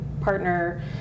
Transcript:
partner